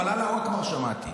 אבל "אללה אכבר" שמעתי.